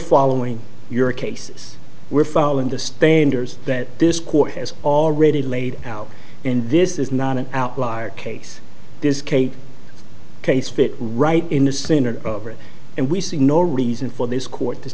following your cases we're following the standards that this court has already laid out and this is not an outlier case this case case fit right in the center of it and we see no reason for this court t